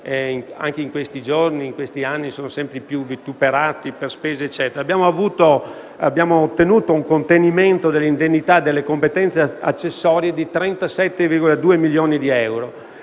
anche in questi giorni come in questi anni, sono sempre più vituperati per le spese e per altre questioni. Abbiamo ottenuto un contenimento dell'indennità e delle competenze accessorie di 37,2 milioni di euro.